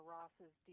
Ross's